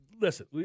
Listen